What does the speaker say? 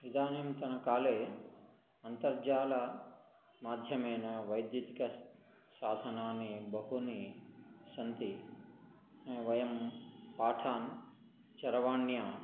इदानीन्तनकाले अन्तर्जालमाध्यमेन वैद्यादिक साधनानि बहूनि सन्ति वयं पाठान् चरवाण्याम्